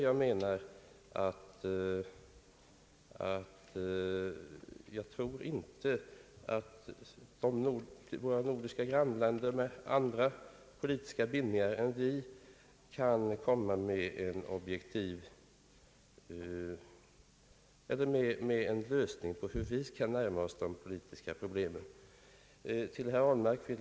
Jag tror inte att våra nordiska grannländer med andra politiska bindningar än våra kan komma med en lösning för hur vi skall närma oss de politiska problemen.